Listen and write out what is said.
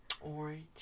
Orange